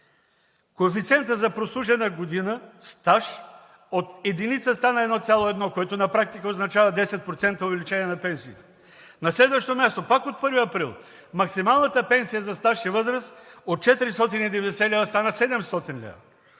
коефициентът за прослужена година стаж от единица стана 1,1, което на практика означава 10% увеличение на пенсиите. На следващо място, пак от 1 април максималната пенсия за стаж и възраст от 490 лв. стана 700 лв.!